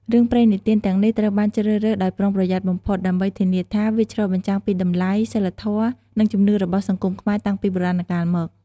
រឿងព្រេងនិទានទាំងនេះត្រូវបានជ្រើសរើសដោយប្រុងប្រយ័ត្នបំផុត ដើម្បីធានាថាវាឆ្លុះបញ្ចាំងពីតម្លៃ សីលធម៌ និងជំនឿរបស់សង្គមខ្មែរតាំងពីបុរាណកាលមក។